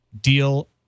deal